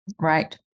Right